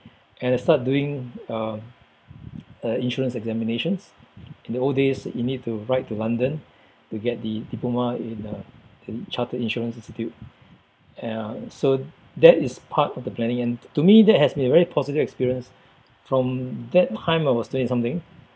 and I start doing um uh insurance examinations in the old days you need to write to London to get the diploma in uh in chartered insurance institute ya so that is part of the planning and to me that has been very positive experience from that time I was twenty something